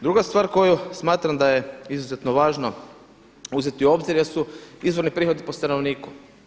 Druga stvar koju smatram da je izuzetno važno uzeti u obzir jesu izvorni prihodi po stanovniku.